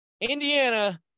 Indiana